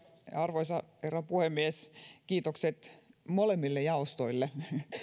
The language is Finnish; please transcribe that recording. arvoisa herra puhemies kiitokset molemmille jaostoille